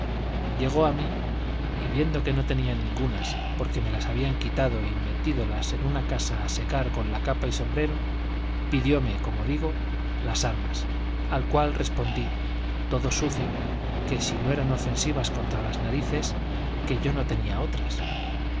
llegó a mí y viendo que no tenía ningunas porque me las habían quitado y metídolas en una casa a secar con la capa y sombrero pidióme como digo las armas al cual respondí todo sucio que si no eran ofensivas contra las narices que yo no tenía otras